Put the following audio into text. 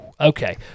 Okay